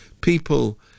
People